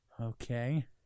Okay